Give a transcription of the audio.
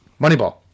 Moneyball